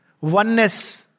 oneness